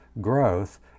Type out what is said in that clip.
growth